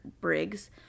Briggs